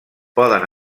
poden